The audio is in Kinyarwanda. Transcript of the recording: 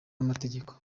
n’amategeko